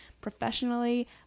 Professionally